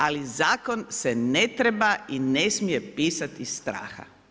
Ali zakon se ne treba i ne smije pisati iz straha.